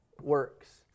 works